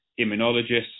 immunologists